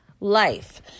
life